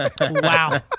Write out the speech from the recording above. Wow